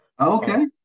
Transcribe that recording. Okay